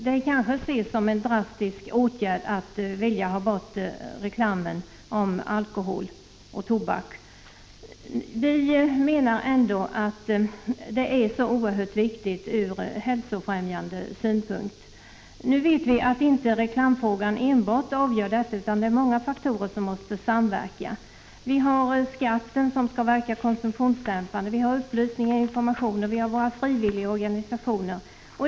Det kanske ses som en drastisk åtgärd att vilja förbjuda reklam om alkohol och tobak, men vi menar att detta är oerhört viktigt ur hälsofrämjande synpunkt. Vi vet att reklamfrågan inte ensam är avgörande utan att många faktorer måste samverka, t.ex. skatten som skall verka konsumtionsdämpande, upplysning och information samt frivilliga organisationer.